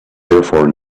therefore